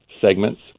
segments